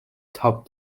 top